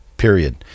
Period